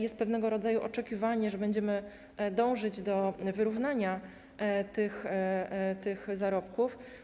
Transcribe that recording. Jest pewnego rodzaju oczekiwanie, że będziemy dążyć do wyrównania tych zarobków.